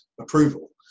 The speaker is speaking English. approval